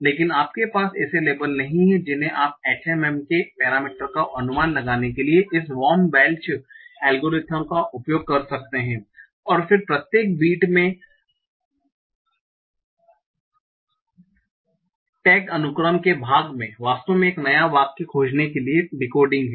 लेकिन आपके पास ऐसे लेबल नहीं हैं जिन्हें आप HMM के पेरामीटरस का अनुमान लगाने के लिए इस बॉम वेल्च एल्गोरिथम का उपयोग कर सकते हैं और फिर प्रत्येक बिट में टैग अनुक्रम के भाग में वास्तव में एक नया वाक्य खोजने के लिए डीकोडिंग है